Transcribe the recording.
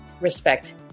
respect